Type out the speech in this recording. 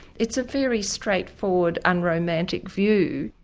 it's a very straightforward unromantic view.